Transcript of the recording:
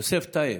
יוסף טייב,